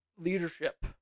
leadership